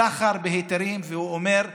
והוא אומר: